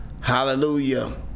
hallelujah